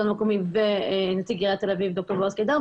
המקומי ונציג עיריית תל-אביב ד"ר בעז קידר,